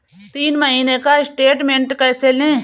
तीन महीने का स्टेटमेंट कैसे लें?